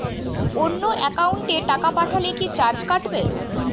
অন্য একাউন্টে টাকা পাঠালে কি চার্জ কাটবে?